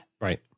Right